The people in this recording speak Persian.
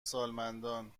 سالمندان